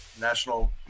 National